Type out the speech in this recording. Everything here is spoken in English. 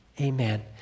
Amen